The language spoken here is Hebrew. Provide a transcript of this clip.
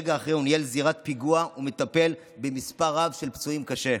ורגע אחרי הוא ניהל זירת פיגוע וטיפל במספר רב של פצועים קשה.